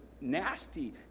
nasty